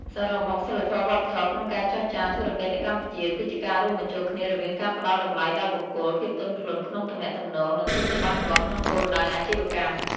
សរុបមក សីលធម៌វប្បធម៌ក្នុងការចរចាធុរកិច្ចនៅកម្ពុជា គឺជាការរួមបញ្ចូលគ្នារវាងការផ្តល់តម្លៃដល់បុគ្គល ភាពទន់ភ្លន់ក្នុងទំនាក់ទំនង និងភាពច្បាស់លាស់ក្នុងគោលដៅអាជីវកម្ម។